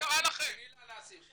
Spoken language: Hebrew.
תני לה לסיים.